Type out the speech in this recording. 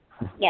Yes